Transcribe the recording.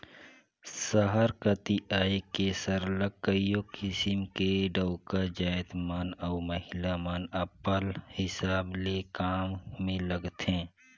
सहर कती आए के सरलग कइयो किसिम ले डउका जाएत मन अउ महिला मन अपल हिसाब ले काम में लगथें